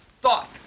Thought